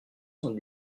cent